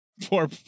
Poor